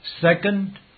Second